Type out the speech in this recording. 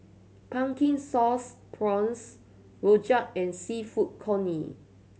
Pumpkin Sauce Prawns rojak and Seafood Congee